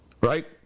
Right